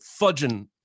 fudging